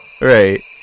Right